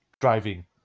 driving